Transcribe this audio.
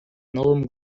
новым